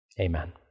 amen